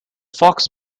fox